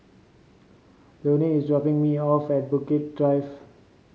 Luanne is dropping me off at Bukit Drive